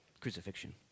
crucifixion